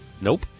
Nope